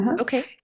Okay